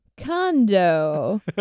Condo